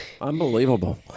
Unbelievable